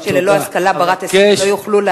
שללא השכלה בת-הישג לא יוכלו,